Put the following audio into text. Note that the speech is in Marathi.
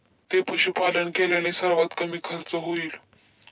कोणते पशुपालन केल्याने सर्वात कमी खर्च होईल?